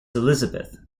elizabeth